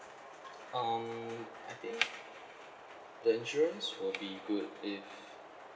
um I think the insurance will be good if